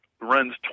runs